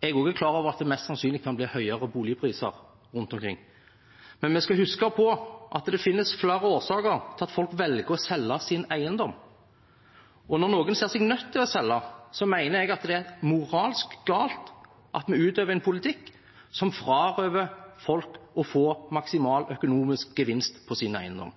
jeg er også klar over at det mest sannsynlig kan bli høyere boligpriser rundt omkring. Men vi skal huske på at det finnes flere årsaker til at folk velger å selge sin eiendom. Når noen ser seg nødt til å selge, mener jeg det er moralsk galt at vi utøver en politikk som frarøver folk å få maksimal økonomisk gevinst ut av sin eiendom.